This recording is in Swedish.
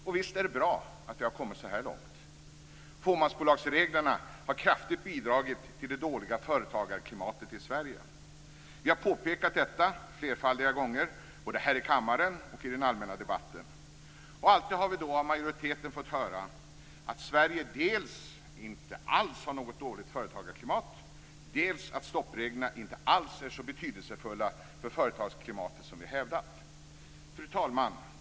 Och visst är det bra att vi har kommit så här långt. Fåmansbolagsreglerna har kraftigt bidragit till det dåliga företagarklimatet i Sverige. Vi har påpekat detta flerfaldiga gånger, både här i kammaren och i den allmänna debatten. Alltid har vi då av majoriteten fått höra att Sverige dels inte alls har något dåligt företagarklimat, dels att stoppreglerna inte alls är så betydelsefulla för företagsklimatet som vi hävdat. Fru talman!